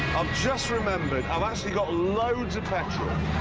i've just remembered, i've actually got loads of petrol.